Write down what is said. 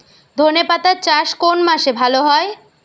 ধনেপাতার চাষ কোন মাসে ভালো হয়?